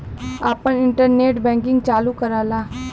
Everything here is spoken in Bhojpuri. आपन इन्टरनेट बैंकिंग चालू कराला